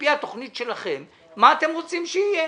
על-פי התוכנית שלכם מה אתם רוצים שיהיה